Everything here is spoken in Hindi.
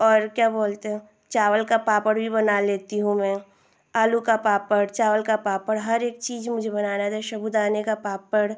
और क्या बोलते हैं चावल का पापड़ भी बना लेती हूँ मैं आलू का पापड़ चावल का पापड़ हर एक चीज़ मुझे बनाना आता है साबूदाने का पापड़